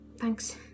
thanks